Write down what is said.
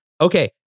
okay